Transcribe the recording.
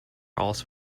also